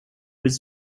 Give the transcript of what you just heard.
was